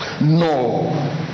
no